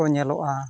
ᱠᱚ ᱧᱮᱞᱚᱜᱼᱟ